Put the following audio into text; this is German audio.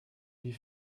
die